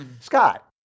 Scott